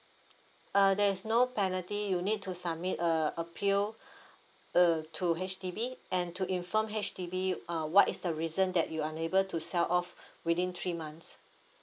uh there is no penalty you need to submit a appeal uh to H_D_B and to inform H_D_B uh what is the reason that you unable to sell off within three months